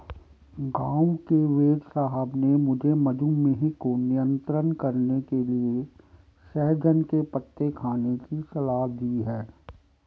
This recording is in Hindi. गांव के वेदसाहब ने मुझे मधुमेह को नियंत्रण करने के लिए सहजन के पत्ते खाने की सलाह दी है